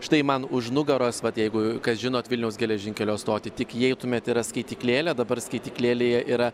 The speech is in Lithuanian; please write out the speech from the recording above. štai man už nugaros vat jeigu kas žinot vilniaus geležinkelio stotį tik įeitumėt yra skaityklėlė dabar skaityklėje yra